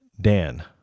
Dan